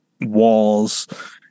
walls